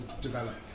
develop